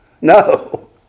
No